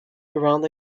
around